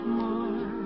more